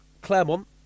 Claremont